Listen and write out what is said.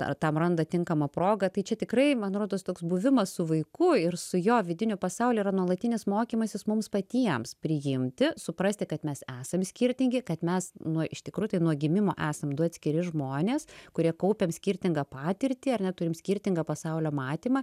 ar tam randa tinkamą progą tai čia tikrai man rodos toks buvimas su vaiku ir su jo vidiniu pasauliu yra nuolatinis mokymasis mums patiems priimti suprasti kad mes esam skirtingi kad mes nu iš tikrųjų nuo gimimo esam du atskiri žmonės kurie kaupiam skirtingą patirtį ar ne turim skirtingą pasaulio matymą